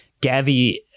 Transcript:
Gavi